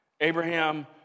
Abraham